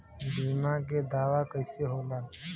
बीमा के दावा कईसे होला?